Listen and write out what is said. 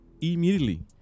Immediately